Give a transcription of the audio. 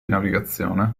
navigazione